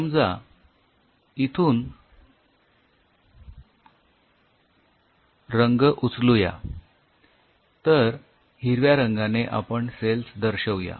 समजा इथून रंग उचलू या तर हिरव्या रंगाने आपण सेल्स दर्शवू या